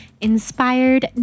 inspired